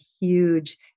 huge